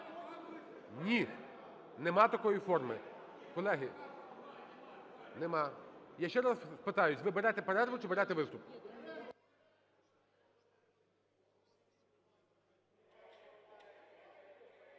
Ні, немає такої форми. Колеги, немає. Я ще раз питаюся: ви берете перерву чи берете виступ?